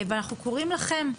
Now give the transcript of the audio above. ואנחנו קוראים לכם,